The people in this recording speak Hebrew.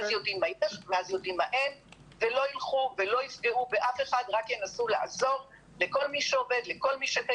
לא ילכו ולא יפגעו באף אחד רק ינסו לעזור לכל מי שקיים,